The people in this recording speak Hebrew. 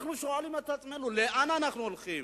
אנחנו שואלים את עצמנו, לאן אנחנו הולכים?